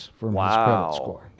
Wow